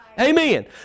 Amen